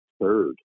third